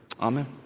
Amen